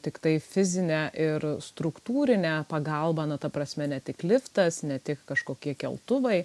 tiktai fizinę ir struktūrinę pagalbą na ta prasme ne tik liftas ne tik kažkokie keltuvai